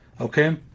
Okay